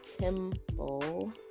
temple